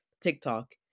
TikTok